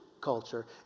culture